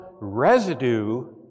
residue